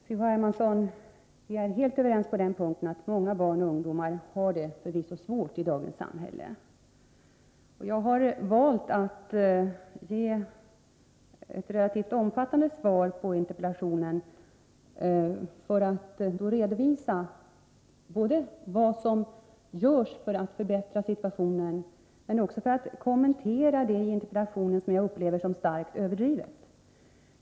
Herr talman! C.-H. Hermansson och jag är helt överens om att många barn och ungdomar förvisso har det svårt i dagens samhälle. Jag har valt att ge ett relativt omfattande svar på interpellationen både för att redovisa vad som görs för att förbättra situationen och för att kommentera de avsnitt i interpellationen som jag upplever som starkt överdrivna.